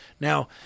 Now